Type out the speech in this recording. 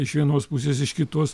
iš vienos pusės iš kitos